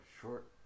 short